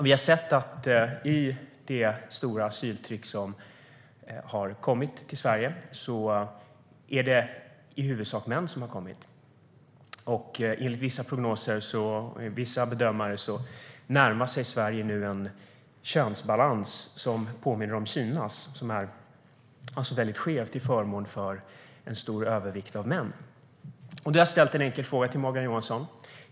Vi har sett att det stora asyltrycket i huvudsak har bestått av tillströmningen av män som har kommit till Sverige. Enligt vissa bedömare närmar sig Sverige nu en könsbalans som påminner om Kinas. Där är det en stor övervikt av män. Jag har ställt en enkel fråga till Morgan Johansson.